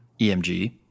EMG